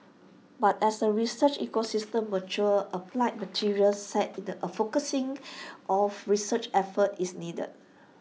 but as the research ecosystem matures applied materials said A focusing of research efforts is needed